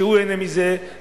שהוא ייהנה מזה,